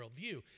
worldview